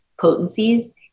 potencies